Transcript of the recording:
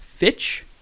Fitch